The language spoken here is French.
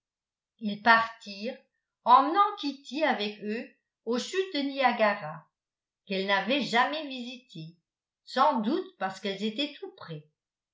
ils partirent emmenant kitty avec eux aux chutes de niagara quelle n'avait jamais visitées sans doute parce qu'elles étaient tout près